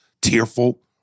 Tearful